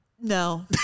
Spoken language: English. No